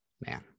man